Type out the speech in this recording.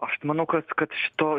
aš tai manau kad kad šito